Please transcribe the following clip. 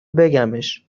بگمش